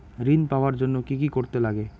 ঋণ পাওয়ার জন্য কি কি করতে লাগে?